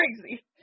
crazy